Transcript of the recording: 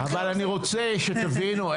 אבל אני רוצה שתבינו,